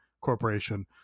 corporation